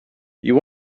you